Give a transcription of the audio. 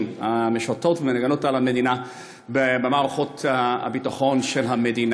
המשרתות והמגינות על המדינה במערכות הביטחון של המדינה.